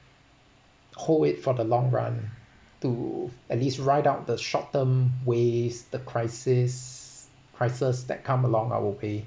hold it for the long run to at least ride out the short term waves the crisis crises that come along our way